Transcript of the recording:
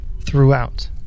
throughout